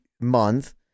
month